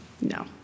No